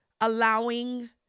allowing